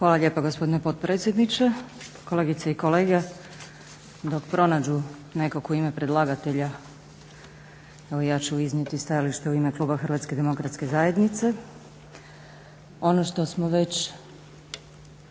Hvala lijepa gospodine potpredsjedniče, kolegice i kolege. Dok pronađu nekog u ime predlagatelja evo ja ću iznijeti stajalište u ime kluba Hrvatske demokratske zajednice. Ono što smo već